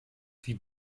wie